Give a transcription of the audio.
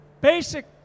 basic